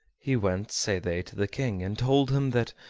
he went, say they, to the king, and told him that,